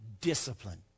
discipline